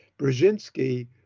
Brzezinski